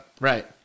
Right